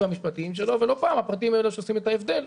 המשפטיים שלו ולא פעם הפרטים האלה עושים את ההבדל,